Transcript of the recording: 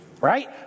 right